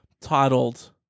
titled